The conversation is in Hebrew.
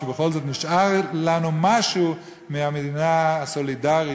שנשאר לנו משהו מהמדינה הסולידרית,